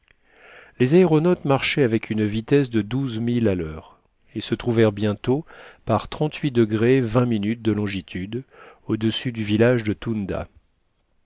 les aéronautes marchaient avec une vitesse de douze milles à lheure et se trouvèrent bientôt par de longitude au-dessus du village de tounda